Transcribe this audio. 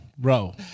Bro